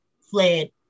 fled